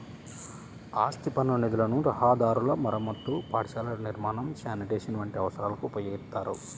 ఆస్తి పన్ను నిధులను రహదారుల మరమ్మతు, పాఠశాలల నిర్మాణం, శానిటేషన్ వంటి అవసరాలకు ఉపయోగిత్తారు